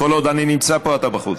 כל עוד אני נמצא פה, אתה בחוץ.